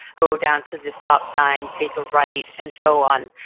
go down to the stop sign, take a right, and so on.